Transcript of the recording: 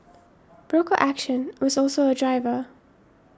broker action was also a driver